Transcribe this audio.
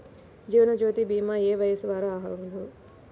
జీవనజ్యోతి భీమా ఏ వయస్సు వారు అర్హులు?